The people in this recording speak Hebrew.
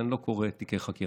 כי אני כבר לא קורא תיקי חקירה,